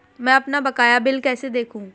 मैं अपना बकाया बिल कैसे देखूं?